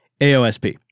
AOSP